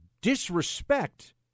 disrespect